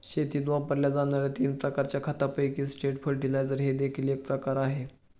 शेतीत वापरल्या जाणार्या तीन प्रकारच्या खतांपैकी स्ट्रेट फर्टिलाइजर हे देखील एक प्रकार आहे